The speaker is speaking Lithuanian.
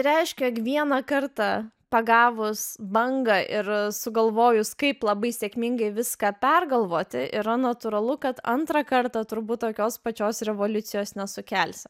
reiškia jog vieną kartą pagavus bangą ir sugalvojus kaip labai sėkmingai viską pergalvoti yra natūralu kad antrą kartą turbūt tokios pačios revoliucijos nesukelsi